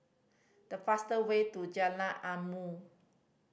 the fastest way to Jalan Ilmu